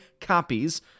copies